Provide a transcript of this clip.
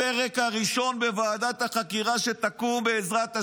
הפרק הראשון בוועדת החקירה שתקום, בעזרת השם,